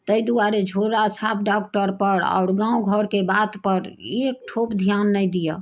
ताहि दुआरे झोरा छाप डॉक्टर पर आओर गाँव घरके बात पर एक ठोप ध्यान नहि दिअ